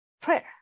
prayer